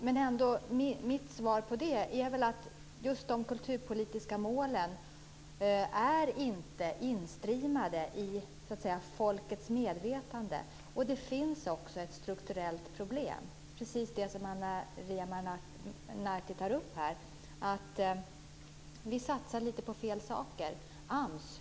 Mitt svar på det är att de kulturpolitiska målen så att säga inte har nått fram till folkets medvetande. Det finns också ett strukturellt problem - precis det som Ana Maria Narti tar upp här - i och med att vi satsar på fel saker.